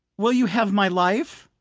will you have my life?